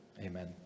Amen